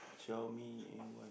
Xiaomi A Y